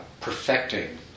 perfecting